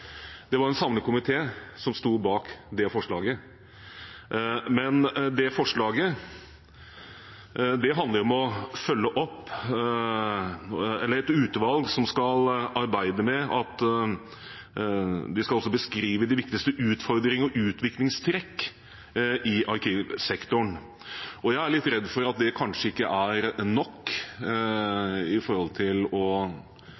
Det var en samlet komité som sto bak det forslaget. Men det forslaget handler om et utvalg som bl.a. skal beskrive de viktigste utfordringer og utviklingstrekk i arkivsektoren. Jeg er litt redd for at det kanskje ikke er nok for å